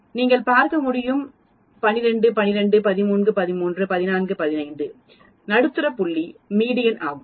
நீங்கள் பார்க்க முடியும் என 12 12 13 13 14 15 நடுத்தர புள்ளி மீடியன் ஆகும்